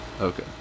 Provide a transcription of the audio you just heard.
Okay